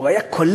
הוא היה קולט,